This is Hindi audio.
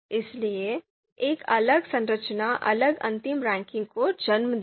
इसलिए एक अलग संरचना अलग अंतिम रैंकिंग को जन्म देगी